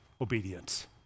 obedience